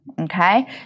okay